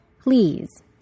please